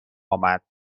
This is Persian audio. آمد